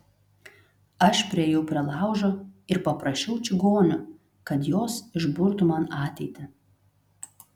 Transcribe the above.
aš priėjau prie laužo ir paprašiau čigonių kad jos išburtų man ateitį